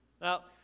Now